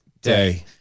day